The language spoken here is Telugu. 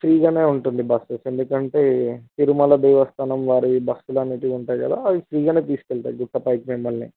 ఫ్రీగానే ఉంటుంది బస్సెస్ ఎందుకంటే తిరుమల దేవస్థానం వారివి బస్సులు అనేవి ఉంటాయి కదా అవి ఫ్రీగానే తీసుకువెళతాయి గుట్ట పైకి మిమ్మల్ని